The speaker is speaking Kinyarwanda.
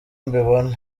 mbibona